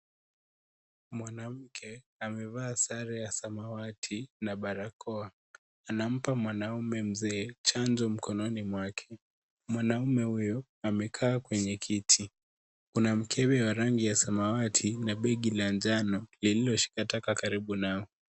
Mwanamke, amevaa sare ya samawati na barakoa. Anampa mwanamme mzee chanjo mkononi mwake. Mwanamme huyu, amekaa kwenye kiti. Kuna mkebe wa rangi ya samawati, na begi la njano lililoshika taka karibu nao.